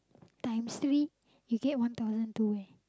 times three you get one thousand two eh